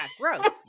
gross